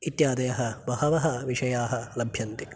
इत्यादयः बहवः विषयाः लभ्यन्ते